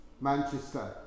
Manchester